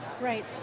Right